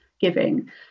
giving